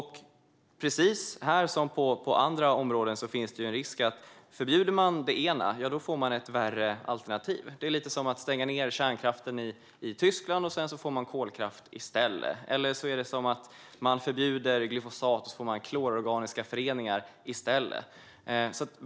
Här som på andra områden finns en risk att om det ena förbjuds får man ett värre alternativ. Det är lite som att stänga ned kärnkraften i Tyskland, och sedan får man kolkraft i stället. Eller man förbjuder glyfosat, och sedan får man klororganiska föreningar i stället.